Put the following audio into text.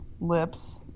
lips